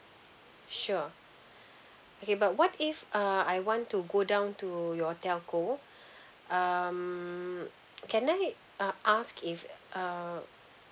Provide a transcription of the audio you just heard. sure okay but what if uh I want to go down to your telco um can I uh ask if uh